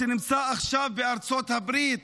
שנמצא עכשיו בארצות הברית